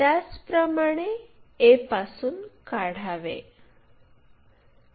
त्याचप्रमाणे a पासून काढावे